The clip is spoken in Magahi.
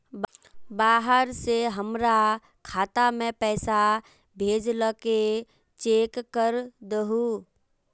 बाहर से हमरा खाता में पैसा भेजलके चेक कर दहु?